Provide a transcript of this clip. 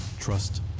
trust